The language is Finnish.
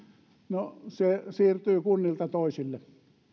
no se siirtyy kunnilta toisille